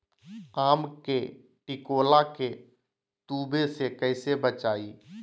आम के टिकोला के तुवे से कैसे बचाई?